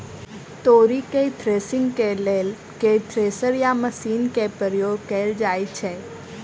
तोरी केँ थ्रेसरिंग केँ लेल केँ थ्रेसर या मशीन केँ प्रयोग कैल जाएँ छैय?